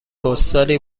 پستالی